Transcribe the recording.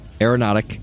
Aeronautic